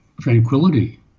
tranquility